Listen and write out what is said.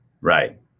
right